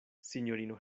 sinjorino